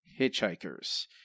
hitchhikers